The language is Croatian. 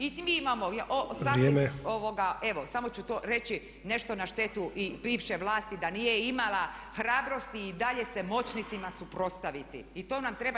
I mi imamo sasvim [[Upadica: Vrijeme.]] Evo samo ću to reći nešto na štetu i bivše vlasti da nije imala hrabrosti i dalje se moćnicima suprotstaviti i to nam treba.